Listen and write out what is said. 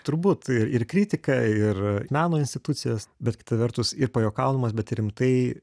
turbūt ir ir kritika ir meno institucijos bet kita vertus ir pajuokaudamas bet ir rimtai